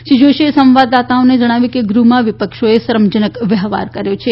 શ્રી જોશીએ સંવાદદાતાઓને જણાવ્યું કે ગ્રૃહમાં વીપક્ષોએ શરમજનક વ્યવહાર કર્યા છે